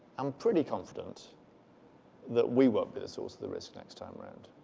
i'm pretty confident that we won't be the source of the risk next time around.